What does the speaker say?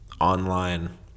online